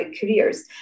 careers